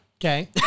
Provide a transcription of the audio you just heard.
Okay